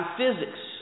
physics